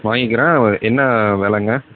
வாங்கிக்கிறேன் என்ன வெலைங்க